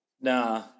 Nah